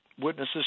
witnesses